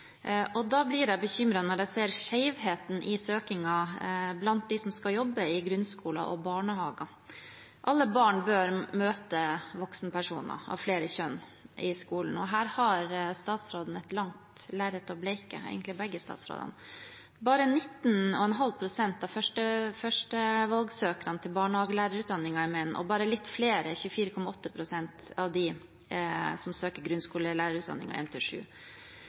Da blir jeg bekymret når jeg ser skjevheten i søkningen blant dem som skal jobbe i grunnskoler og barnehager. Alle barn bør møte voksenpersoner av flere kjønn i skolen, og her har statsråden – egentlig begge statsrådene – et langt lerret å bleke. Bare 19,5 pst. av førstevalgssøkerne til barnehagelærerutdanningen er menn, og det er bare litt flere – 24,8 pst. – av dem som søker grunnskolelærerutdanningen 1–7. Vi i